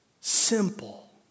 simple